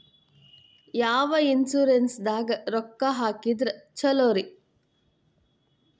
ಯಾವ ಇನ್ಶೂರೆನ್ಸ್ ದಾಗ ರೊಕ್ಕ ಹಾಕಿದ್ರ ಛಲೋರಿ?